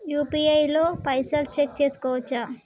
UPI తో పైసల్ check చేసుకోవచ్చా?